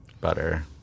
Butter